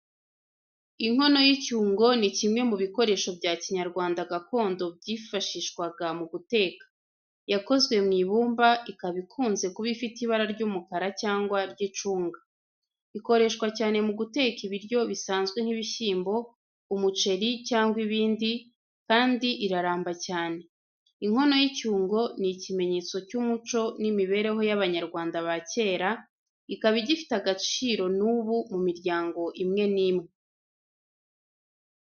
Inkono y'icyungo ni kimwe mu bikoresho bya kinyarwanda gakondo byifashishwaga mu guteka. Yakozwe mu ibumba, ikaba ikunze kuba ifite ibara ry’umukara cyangwa ry’icunga. Ikoreshwa cyane mu guteka ibiryo bisanzwe nk’ibishyimbo, umuceri cyangwa ibindi, kandi iraramba cyane. Inkono y’icyungo ni ikimenyetso cy’umuco n’imibereho y’Abanyarwanda ba kera, ikaba igifite agaciro n’ubu mu miryango imwe n’imwe.